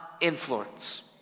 influence